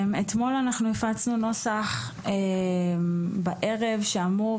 אתמול אנחנו הפצנו נוסח בערב שאמור